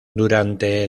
durante